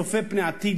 צופה פני עתיד,